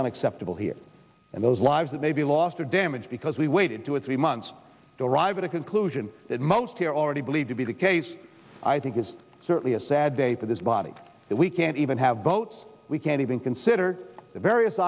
unacceptable here and those lives that may be lost or damaged because we waited two or three months arrive at a conclusion that most here already believe to be the case i think it's certainly a sad day for this body that we can't even have votes we can't even consider the various